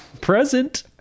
present